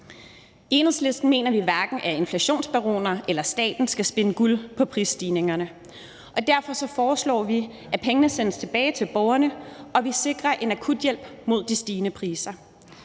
I Enhedslisten mener vi, at hverken inflationsbaroner eller staten skal spinde guld på prisstigningerne, og derfor foreslår vi, at pengene sendes tilbage til borgerne, og at vi sikrer en akuthjælp mod de stigende priser.